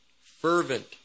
fervent